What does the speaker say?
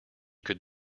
could